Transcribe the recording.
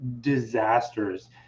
disasters